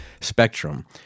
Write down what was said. spectrum